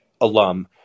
alum